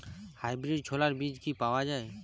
Hybrid ছোলার বীজ কি পাওয়া য়ায়?